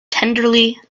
tenderly